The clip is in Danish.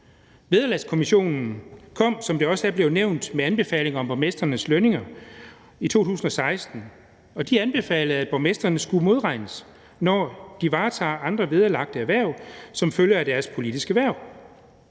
Vederlagskommissionen kom, som det også er blevet nævnt, med anbefalinger om borgmestrenes lønninger i 2016, og de anbefalede, at borgmestrene skulle modregnes, når de varetog andre vederlagte hverv som følge af deres politiske hverv.